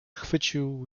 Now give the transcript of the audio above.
chwycił